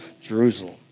Jerusalem